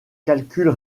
calculs